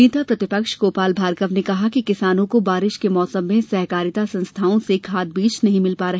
नेता प्रतिपक्ष गोपाल भार्गव ने कहा कि किसानों को बारिश के मौसम में सहकारिता संस्थाओं से खाद बीज नहीं मिल पा रहे